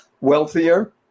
wealthier